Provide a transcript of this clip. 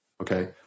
Okay